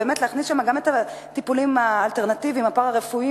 להכניס שם גם את הטיפולים האלטרנטיביים הפארה-רפואיים